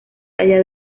allá